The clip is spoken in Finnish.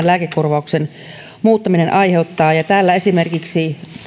lääkekorvauksen muuttaminen aiheuttaa täällä esimerkiksi